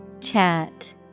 Chat